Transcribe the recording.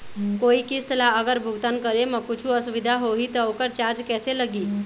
कोई किस्त ला अगर भुगतान करे म कुछू असुविधा होही त ओकर चार्ज कैसे लगी?